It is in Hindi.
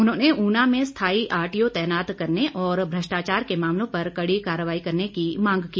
उन्होंने ऊना में स्थाई आर टीओ तैनात करने और भ्रष्टाचार के मामलों पर कड़ी कार्रवाई करने की मांग की